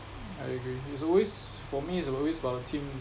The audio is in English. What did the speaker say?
I agree it's always for me it's always about the team